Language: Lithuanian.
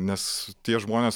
nes tie žmonės